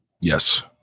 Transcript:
Yes